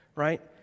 right